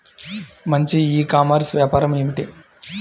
మంచి e-commerce వ్యాపారం ఏమిటీ?